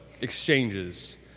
exchanges